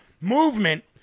movement